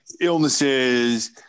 illnesses